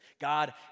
God